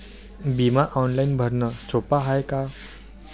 बिमा ऑनलाईन भरनं सोप हाय का?